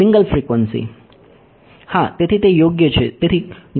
હા તેથી તે યોગ્ય છે